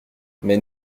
mais